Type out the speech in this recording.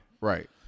Right